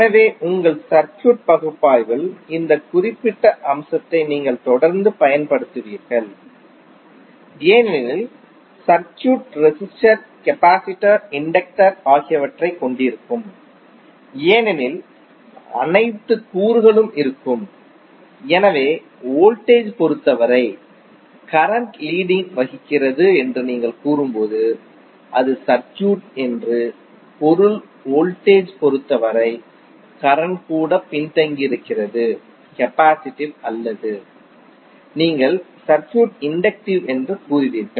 எனவே உங்கள் சர்க்யூட் பகுப்பாய்வில் இந்த குறிப்பிட்ட அம்சத்தை நீங்கள் தொடர்ந்து பயன்படுத்துவீர்கள் ஏனெனில் சர்க்யூட் ரெசிஸ்டர் கெபாசிடர் இண்டக்டர் ஆகியவற்றைக் கொண்டிருக்கும் ஏனெனில் அனைத்து கூறுகளும் இருக்கும் எனவே வோல்டேஜ் பொறுத்தவரை கரண்ட் லீடிங் வகிக்கிறது என்று நீங்கள் கூறும்போது அது சர்க்யூட் என்று பொருள் வோல்டேஜ் பொறுத்தவரை கரண்ட் கூட பின்தங்கியிருக்கிறது கெபாசிடிவ் அல்லது நீங்கள் சர்க்யூட் இன்டக்டிவ் என்று கூறுவீர்கள்